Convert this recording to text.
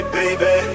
baby